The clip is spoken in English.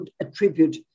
attribute